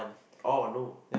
oh no